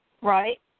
Right